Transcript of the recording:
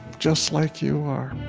just like you are.